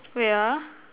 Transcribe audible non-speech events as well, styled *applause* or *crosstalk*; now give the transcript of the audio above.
*noise* wait ah